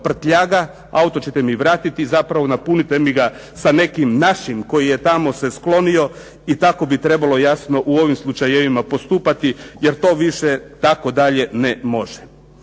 auto ćete mi vratiti, zapravo napunite mi ga sa nekim našim koji je tamo se sklonio i tako bi trebalo jasno u ovim slučajevima postupati jer to više tako dalje ne može.